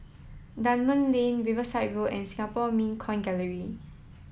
Dunman Lane Riverside Road and Singapore Mint Coin Gallery